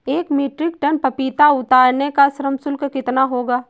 एक metric ton पपीता उतारने का श्रम शुल्क कितना होगा?